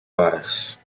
horas